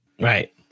Right